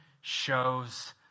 shows